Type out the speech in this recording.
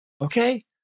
okay